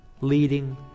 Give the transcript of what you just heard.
leading